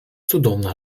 cudowna